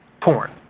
porn